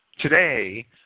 Today